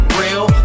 real